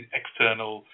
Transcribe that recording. external